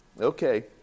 okay